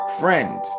friend